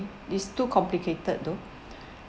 is too complicated though